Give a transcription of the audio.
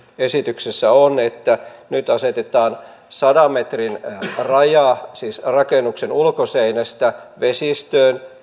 esityksessä on että nyt asetetaan sadan metrin raja siis rakennuksen ulkoseinästä vesistöön